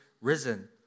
risen